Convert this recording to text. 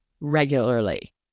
regularly